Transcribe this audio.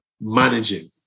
managing